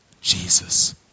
Jesus